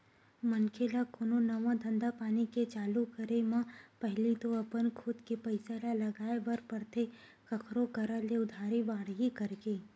मनखे ल कोनो नवा धंधापानी के चालू करे म पहिली तो अपन खुद के पइसा ल लगाय बर परथे कखरो करा ले उधारी बाड़ही करके